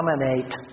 dominate